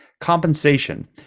Compensation